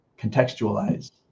contextualize